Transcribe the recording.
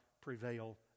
prevail